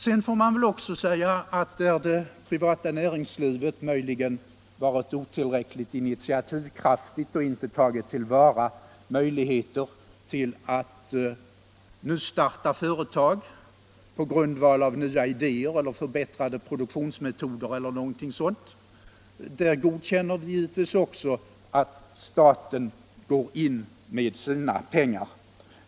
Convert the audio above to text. Sedan får man väl också säga att där det privata näringslivet möjligen varit otillräckligt initiativkraftigt och inte tagit till vara möjligheter att nystarta företag på grundval av nya idéer, förbättrade produktionsmetoder eller någonting sådant, där godkänner vi givetvis också att staten går in med sina pengar.